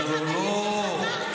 אלה החברים שלך,